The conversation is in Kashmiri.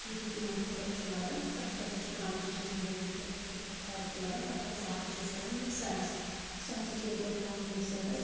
یُتھٕے تِمن پھٕکَر چھُ لگان تتھ تہِ ہَسا چھُ ترٛامہٕ دیٖگچَس منٛز دوان پھٕکَر یُتھٕے پھٕکَر چھُ لگان تتھ ہسا سُہ ہسا چھ أسۍ کَڑان مِکسَرَس سُہ ہَسا چھِ أسۍ گۄڈٕ ترٛاوان مِکسَرَس